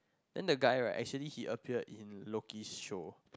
then the guy right actually he appeared in Loki's show